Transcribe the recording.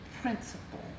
principle